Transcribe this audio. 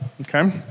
okay